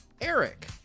Eric